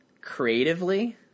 Creatively